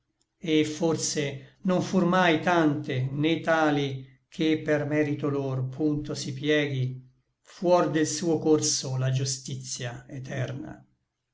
et forse non fur mai tante né tali che per merito lor punto si pieghi fuor de suo corso la giustitia eterna